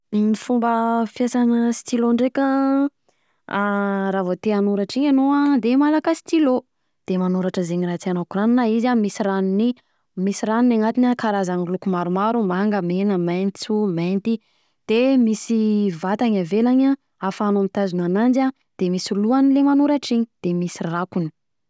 Ny fomba fiasana stylo ndreka, an raha vao te hanoratra iny anao an, de malaka stylo de manoratra zegny raha tiagnao koragnina izy an, izy an misy ranony, misy ranony anatiny an, karazany loko maromaro manga, mena, maitso, mainty, de misy vatany avelany an, afahanao mitazona ananjy an, de misy lohany le manoratra iny de misy rakony.